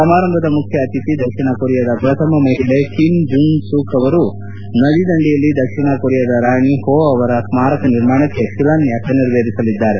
ಸಮಾರಂಭದ ಮುಖ್ಯ ಅತಿಥಿ ದಕ್ಷಿಣ ಕೊರಿಯಾದ ಪ್ರಥಮ ಮಹಿಳೆ ಕಿಮ್ ಜುಂಗ್ ಸೂಕ್ ಅವರು ನದಿದಂಡೆಯಲ್ಲಿ ದಕ್ಷಿಣ ಕೊರಿಯಾದ ರಾಣಿ ಹೊ ಅವರ ಸ್ನಾರಕ ನಿರ್ಮಾಣಕ್ಕೆ ಶಿಲಾನ್ಸಾಸ ನೆರವೇರಿಸಲಿದ್ದಾರೆ